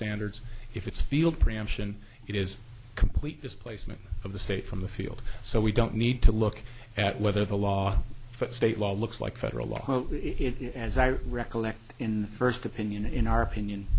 standards if it's field preemption it is a complete displacement of the state from the field so we don't need to look at whether the law that state law looks like federal law as i recollect in the first opinion in our opinion